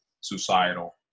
societal